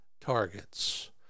targets